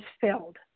filled